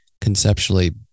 conceptually